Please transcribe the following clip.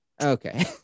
Okay